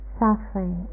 suffering